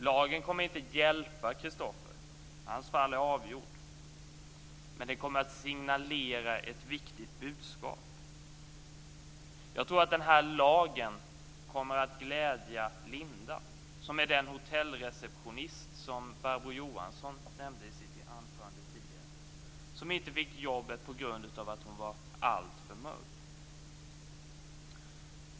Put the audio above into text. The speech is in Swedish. Lagen kommer inte att hjälpa Christopher - hans fall är avgjort - men det kommer att signalera ett viktigt budskap. Jag tror att lagen kommer att glädja Linda, den hotellreceptionist som Barbro Johansson nämnde i sitt anförande tidigare, som inte fick jobbet på grund av att hon var alltför mörk.